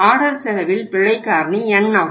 order செலவில் பிழை காரணி N ஆகும்